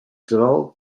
developed